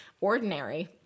ordinary